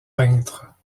peintre